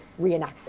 reenactment